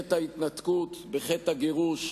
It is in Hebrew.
בחטא ההתנתקות, בחטא הגירוש,